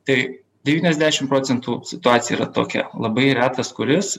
tai devyniasdešim procentų situacija yra tokia labai retas kuris